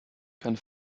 keine